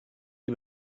die